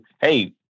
Hey